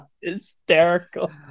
hysterical